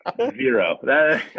Zero